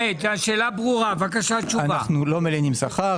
אנחנו לא מלינים שכר,